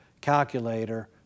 calculator